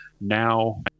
now